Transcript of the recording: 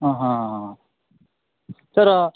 ಹಾಂ ಹಾಂ ಸರಾ